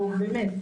באמת,